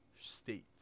states